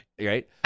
Right